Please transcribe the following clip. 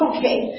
Okay